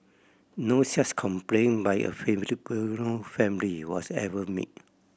no such complaint by a Filipino family was ever made